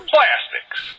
Plastics